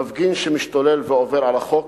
מפגין שמשתולל ועובר על החוק,